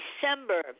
December